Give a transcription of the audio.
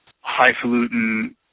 highfalutin